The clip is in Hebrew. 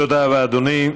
תודה רבה, אדוני.